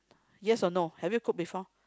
yes or no have you cook before